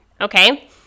Okay